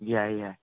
ꯌꯥꯏ ꯌꯥꯏ